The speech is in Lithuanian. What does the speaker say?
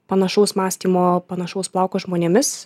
panašaus mąstymo panašaus plauko žmonėmis